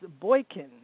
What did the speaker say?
Boykin